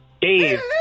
Dave